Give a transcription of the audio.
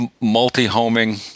multi-homing